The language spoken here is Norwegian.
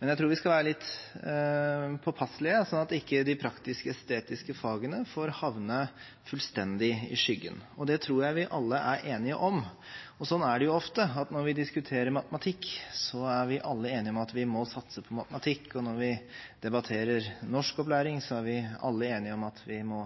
men jeg tror vi skal være litt påpasselige, sånn at ikke de praktisk-estetiske fagene får havne fullstendig i skyggen. Det tror jeg vi alle er enige om. Det er jo ofte sånn at når vi diskuterer matematikk, er vi alle enige om at vi må satse på matematikk, og når vi debatterer norskopplæring, er vi alle enige om at vi må